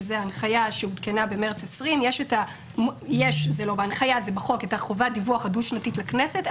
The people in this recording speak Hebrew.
שזו הנחיה שעודכנה במרץ 2020 יש בחוק את חובת הדיווח הדו שנתית לכנסת,